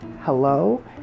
hello